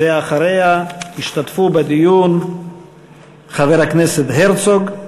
אחריה ישתתפו בדיון חבר הכנסת הרצוג,